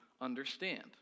understand